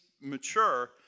mature